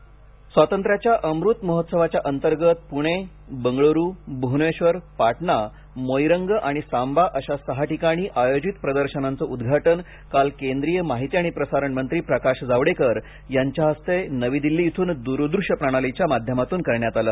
जावडेकर स्वातंत्र्याच्या अमृत महोत्सवाच्या अंतर्गत प्णे बंगळूरू भ्वनेश्वर पाटणा मोईरंग आणि सांबा अशा सहा ठिकाणी आयोजित प्रदर्शनांचे उद्घाटन काल केंद्रीय माहिती आणि प्रसारण मंत्री प्रकाश जावडेकर यांच्या हस्ते नवी दिल्ली येथून दूरदृश्य प्रणालीच्या माध्यमातून करण्यात आले